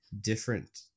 different